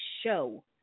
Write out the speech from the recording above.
show